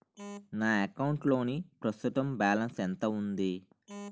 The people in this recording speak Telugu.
నా అకౌంట్ లోని ప్రస్తుతం బాలన్స్ ఎంత ఉంది?